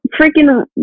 freaking